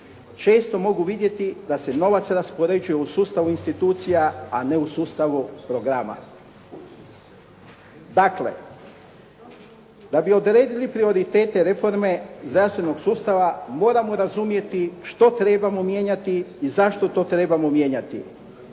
često mogu vidjeti da se novac raspoređuje u sustavu institucija a ne u sustavu programa. Dakle da bi odredili prioritete reforme zdravstvenog sustava moramo razumjeti što trebamo mijenjati i zašto to trebamo mijenjati?